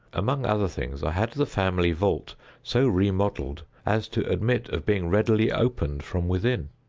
among other things, i had the family vault so remodelled as to admit of being readily opened from within.